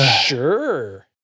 Sure